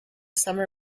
summer